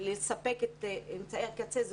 לספר את אמצעי הקצה עד תחילת ינואר,